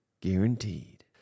guaranteed